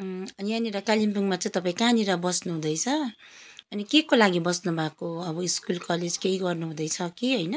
यहाँनिर कालिम्पोङमा चाहिँ तपाईँ कहाँनिर बस्नुहुँदैछ अनि केको लागि बस्नुभएको अब स्कुल कलेज केही गर्नु हुँदैछ कि होइन